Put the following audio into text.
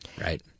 right